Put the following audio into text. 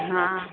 हा